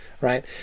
right